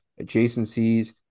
adjacencies